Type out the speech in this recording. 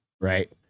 right